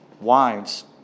wives